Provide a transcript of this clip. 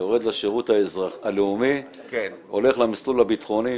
יורד לשירות הלאומי והולך למסלול הביטחוני,